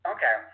Okay